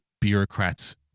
bureaucrats